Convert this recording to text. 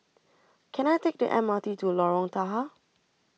Can I Take The M R T to Lorong Tahar